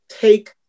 take